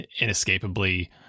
inescapably